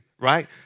right